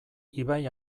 ibai